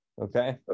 Okay